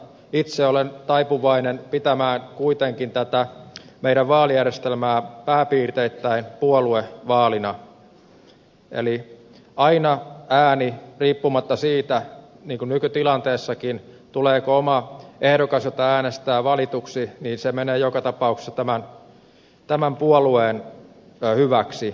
itse olen taipuvainen pitämään kuitenkin tätä meidän vaalijärjestelmäämme pääpiirteittäin puoluevaalina eli aina riippumatta siitä niin kuin nykytilanteessakin tuleeko oma ehdokas jota äänestää valituksi ääni menee joka tapauksessa tämän puolueen hyväksi